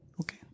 Okay